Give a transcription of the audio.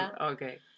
Okay